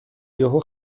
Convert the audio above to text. یهو